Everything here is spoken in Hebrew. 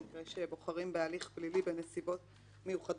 במקרה שבוחרים בהליך פלילי בנסיבות מיוחדות,